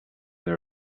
they